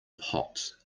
pot